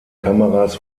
kameras